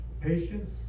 patience